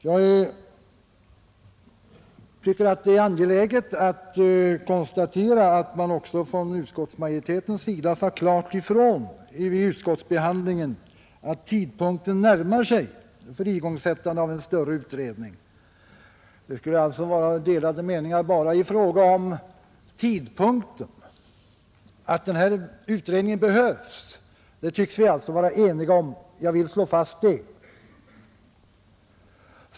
Jag tycker att det är angeläget att konstatera att också utskottsmajoriteten vid utskottsbehandlingen klart sade ifrån att tidpunkten närmar sig för igångsättande av en större utredning. Det skulle alltså vara delade meningar bara i fråga om tidpunkten. Att den här utredningen behövs tycks vi vara eniga om; jag vill slå fast det.